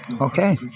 okay